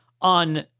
on